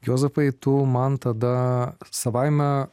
juozapai tu man tada savaime